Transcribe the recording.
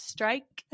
Strike